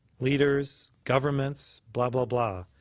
leaders, governments, blah, blah, blah.